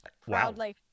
proudly